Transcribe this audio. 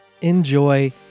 enjoy